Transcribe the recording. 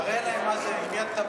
תראה להם מה זה, עם יד טבנקין,